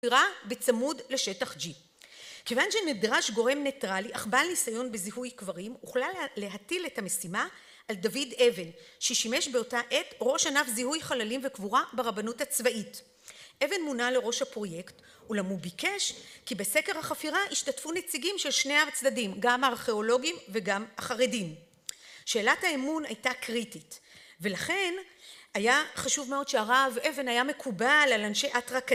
חפירה בצמוד לשטח G. כיוון שנדרש גורם ניטרלי אך בעל ניסיון בזיהוי קברים, הוחלט להטיל את המשימה על דוד אבן, ששימש באותה עת ראש ענף זיהוי חללים וקבורה ברבנות הצבאית. אבן מונה לראש הפרויקט, אולם הוא ביקש כי בסקר החפירה ישתתפו נציגים של שני הצדדים, גם הארכיאולוגים וגם החרדים. שאלת האמון הייתה קריטית ולכן היה חשוב מאוד שהרב אבן היה מקובל על אנשי אתרא ק...